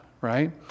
right